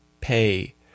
pay